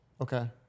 Okay